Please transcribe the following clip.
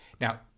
Now